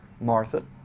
Martha